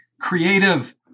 creative